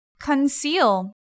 Conceal